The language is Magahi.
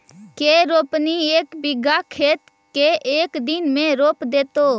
के रोपनी एक बिघा खेत के एक दिन में रोप देतै?